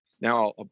Now